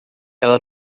ela